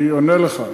אני עונה לך.